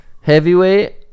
heavyweight